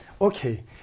okay